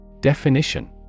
Definition